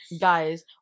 guys